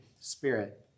Spirit